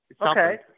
Okay